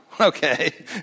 Okay